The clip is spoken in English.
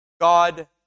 God